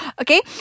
Okay